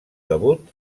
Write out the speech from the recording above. debut